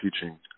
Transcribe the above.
teaching